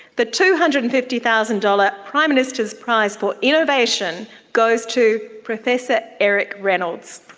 the two hundred and fifty thousand dollars prime minister's prize for innovation goes to professor eric reynolds.